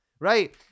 Right